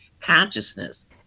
consciousness